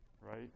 right